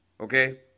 Okay